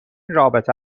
رابطه